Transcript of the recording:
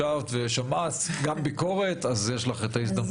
ישבת ושמעת גם ביקורת, יש לך את ההזדמנות להגיב.